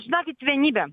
žinokit vienybė